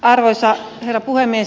arvoisa herra puhemies